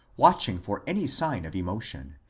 watching for any sign of emotion,